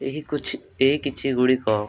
ଏହି କିଛି ଏହି କିଛି ଗୁଡ଼ିକ